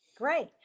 Great